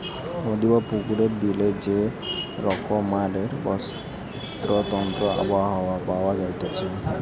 নদী, পুকুরে, বিলে যে রকমকারের বাস্তুতন্ত্র আবহাওয়া পাওয়া যাইতেছে